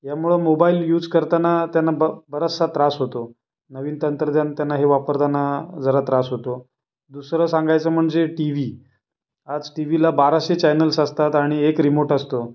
यामुळं mobile use करताना त्यांना ब बराचसा त्रास होतो नविन तंत्रज्ञान त्यांना हे वापरताना जरा त्रास होतो दुसरं सांगायचं म्हणजे टी वी आज टीवीला बाराशे चॅनल्स असतात आणि एक रीमोट असतो